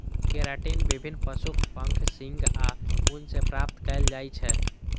keratin विभिन्न पशुक पंख, सींग आ ऊन सं प्राप्त कैल जाइ छै